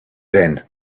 then